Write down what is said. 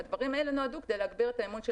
והדברים האלה נועדו כדי להגביר את האמון של